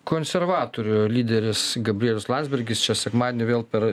konservatorių lyderis gabrielius landsbergis sekmadienį vėl per